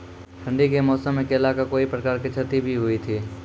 ठंडी के मौसम मे केला का कोई प्रकार के क्षति भी हुई थी?